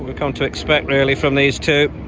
come to expect really from these two.